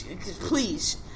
please